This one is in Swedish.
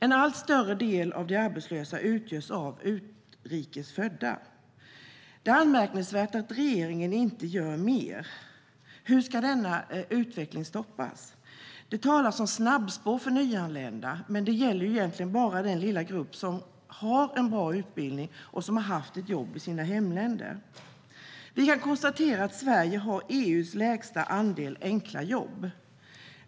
En allt större del av de arbetslösa utgörs av utrikes födda. Det är anmärkningsvärt att regeringen inte gör mer. Hur ska denna utveckling stoppas? Det talas om snabbspår för nyanlända, men det gäller egentligen bara den lilla grupp som har en bra utbildning och har haft ett jobb i sina hemländer. Vi kan konstatera att Sverige har EU:s lägsta andel enkla jobb.